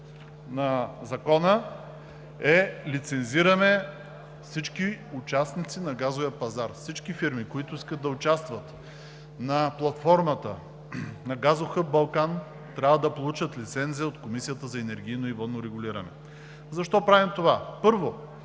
на Закона, е, че лицензираме всички участници на газовия пазар. Всички фирми, които искат да участват на платформата на газов хъб „Балкан“, трябва да получат лицензия от Комисията за енергийно и водно регулиране. Защо правим това? Първо,